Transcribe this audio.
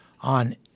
on